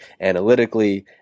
analytically